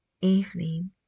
evening